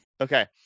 Okay